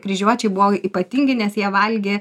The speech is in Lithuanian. kryžiuočiai buvo ypatingi nes jie valgė